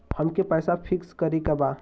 अमके पैसा फिक्स करे के बा?